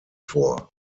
vor